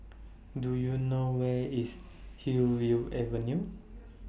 Do YOU know Where IS Hillview Avenue